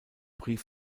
prix